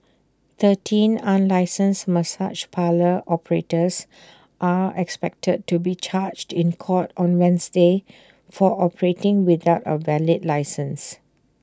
thirteen unlicensed massage parlour operators are expected to be charged in court on Wednesday for operating without A valid licence